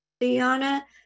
Diana